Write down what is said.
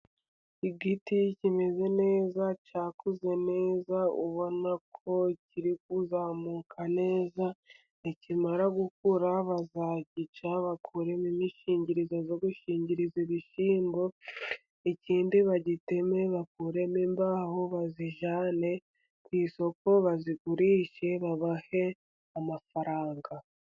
Igiti kimeze neza cyakuze neza, ubona ko kiri kuzamuka neza. Nikimara gukura bazagica bakuremo imishingizo yo gushingiriza ibishyimbo, ikindi bagiteme bakuremo imbaho bazijyane ku isoko, bazigurishe babahe amafaranga.